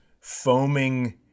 foaming